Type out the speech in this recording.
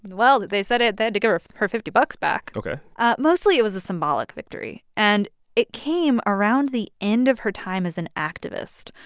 well, they said they had to give her her fifty bucks back ok mostly it was a symbolic victory, and it came around the end of her time as an activist.